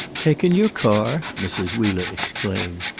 taken your car! mrs. wheeler exclaimed.